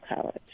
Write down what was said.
college